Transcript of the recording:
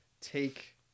take